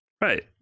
Right